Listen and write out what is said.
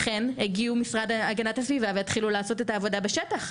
לכן הגיעו המשרד להגנת הסביבה והתחילו לעשות את העבודה בשטח.